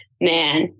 man